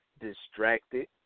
distracted